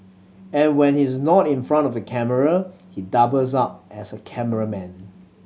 and when he's not in front of the camera he doubles up as a cameraman